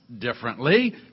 differently